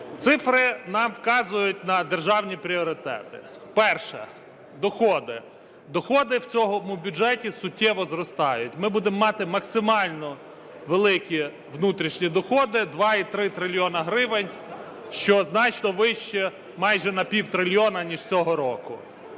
Цифри нам вказують на державні пріоритети. Перше – доходи. Доходи в цьому бюджеті суттєво зростають. Ми будемо мати максимально великі внутрішні доходи – 2,3 трильйона гривень, що значно вище майже на пів трильйона ніж цього року.